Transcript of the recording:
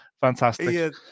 fantastic